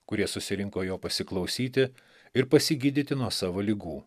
kurie susirinko jo pasiklausyti ir pasigydyti nuo savo ligų